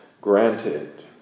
granted